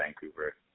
Vancouver